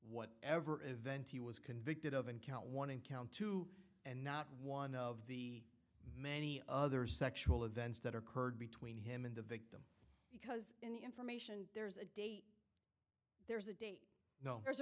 what ever event he was convicted of in count one and count two and not one of the many other sexual events that occurred between him and the victim because in the information there's a date there's a date you know there's